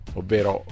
ovvero